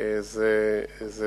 תשובת שר